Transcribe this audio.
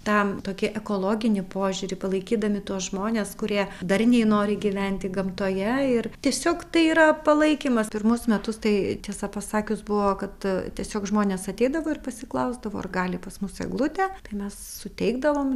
tą tokį ekologinį požiūrį palaikydami tuos žmones kurie darniai nori gyventi gamtoje ir tiesiog tai yra palaikymas pirmus metus tai tiesa pasakius buvo kad tiesiog žmonės ateidavo ir pasiklausdavo ar gali pas mus eglutę tai mes suteikdavom